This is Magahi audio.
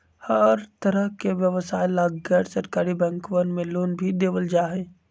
हर तरह के व्यवसाय ला गैर सरकारी बैंकवन मे लोन भी देवल जाहई